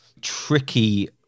tricky